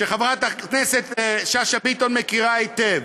שחברת הכנסת שאשא ביטון מכירה היטב,